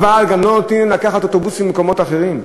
אבל גם לא נותנים לקחת אוטובוסים ממקומות אחרים.